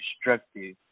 destructive